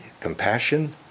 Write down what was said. compassion